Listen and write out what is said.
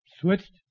Switched